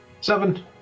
Seven